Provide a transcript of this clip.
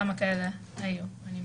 כמה כאלה היו.